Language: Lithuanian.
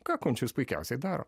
ką končius puikiausiai daro